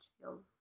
feels